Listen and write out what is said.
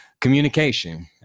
Communication